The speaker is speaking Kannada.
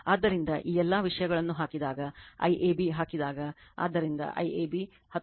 ಆದ್ದರಿಂದ ಈ ಎಲ್ಲ ವಿಷಯಗಳನ್ನು ಹಾಕಿದಾಗ IABಹಾಕಿದಾಗ ಆದ್ದರಿಂದ IAB 19